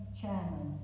chairman